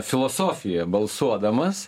filosofiją balsuodamas